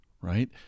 right